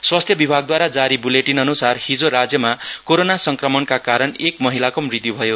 स्वास्थ्य विभागद्वारा जारी स्वास्थ्य बुलेटिन अनुसार हिजो राज्यमा कोरोना संक्रमणका कारण एक महिलाको मृत्यु भयो